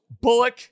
Bullock